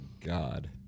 God